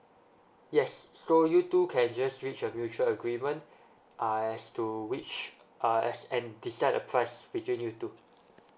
yes so you two can just reach a mutual agreement uh as to which uh as and decide a price between you two